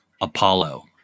Apollo